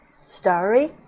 story